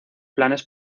planes